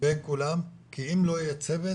בין כולם, כי אם לא יהיה צוות